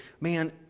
man